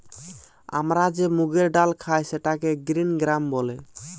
আমরা যে মুগের ডাল খাই সেটাকে গ্রিন গ্রাম বলে